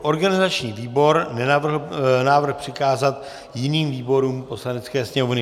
Organizační výbor nenavrhl návrh přikázat jiným výborům Poslanecké sněmovny.